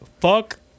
fuck